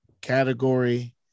category